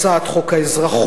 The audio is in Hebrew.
הצעת חוק האזרחות,